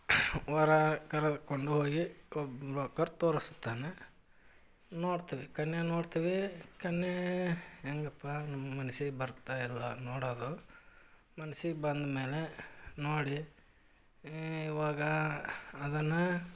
ವರ ಕರೆದುಕೊಂಡು ಹೋಗಿ ಒಬ್ಬ ಬ್ರೋಕರ್ ತೋರಿಸ್ತಾನೆ ನೋಡ್ತೀವಿ ಕನ್ಯೆನ ನೋಡ್ತೀವಿ ಕನ್ಯೆ ಹೇಗಪ್ಪ ನಮ್ಮ ಮನ್ಸಿಗೆ ಬರ್ತಾ ಇಲ್ಲವಾ ನೋಡುದು ಮನ್ಸಿಗೆ ಬಂದಮೇಲೆ ನೋಡಿ ಎ ಇವಾಗ ಅದನ್ನು